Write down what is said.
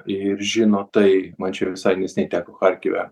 ir žino tai man čia visai neseniai teko charkive